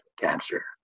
cancer